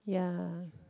ya